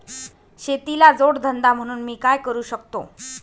शेतीला जोड धंदा म्हणून मी काय करु शकतो?